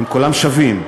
כולם שווים,